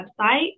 website